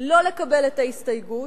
לא לקבל את ההסתייגות,